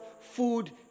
food